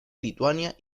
lituania